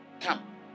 come